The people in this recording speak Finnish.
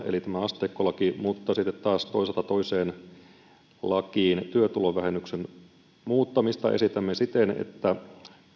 eli tämä asteikkolaki hyväksyttäisiin muuttamattomana mutta sitten taas toisaalta toiseen lakiin esitämme työtulovähennyksen muuttamista siten että